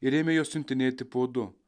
ir ėmė juos siuntinėti po du